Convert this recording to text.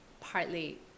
partly